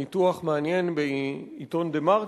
ניתוח מעניין בעיתון "דה-מרקר"